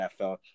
NFL